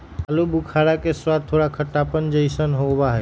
आलू बुखारा के स्वाद थोड़ा खट्टापन जयसन होबा हई